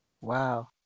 Wow